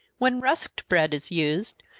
when rusked bread is used,